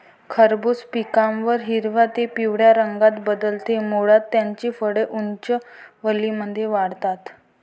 खरबूज पिकल्यावर हिरव्या ते पिवळ्या रंगात बदलते, मुळात त्याची फळे उंच वेलींमध्ये वाढतात